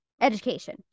education